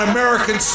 American